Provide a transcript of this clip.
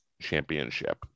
championship